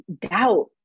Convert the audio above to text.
doubt